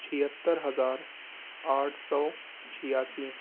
چھہتر ہزار آٹھ سو چھیاسی